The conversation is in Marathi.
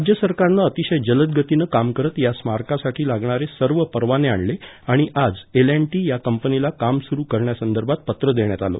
राज्य सरकारनं अतिशय जलद गतीनं काम करत या स्मारकारसाठी लागणारे सर्व परवाने आणले आणि आज एल अँड दी या कंपनीला काम सुरू करण्यासंदर्भात पत्र देण्यात आले